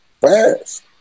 fast